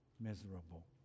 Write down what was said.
miserable